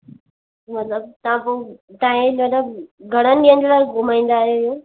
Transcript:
मतलबु तव्हां पोइ टाइम वग़ैरह घणनि ॾींहंनि लाइ घुमाईंदा आहियो